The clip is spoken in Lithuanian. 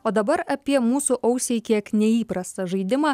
o dabar apie mūsų ausiai kiek neįprastą žaidimą